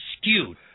skewed